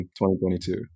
2022